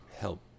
Help